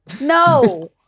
No